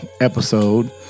episode